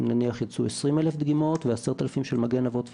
נניח יצאו 20,000 דגימות ו-10,000 של "מגן אבות ואימהות",